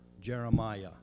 Jeremiah